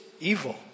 evil